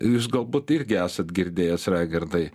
jūs galbūt irgi esat girdėjęs raigardai